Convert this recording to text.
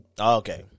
Okay